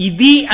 Idi